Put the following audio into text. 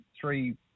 three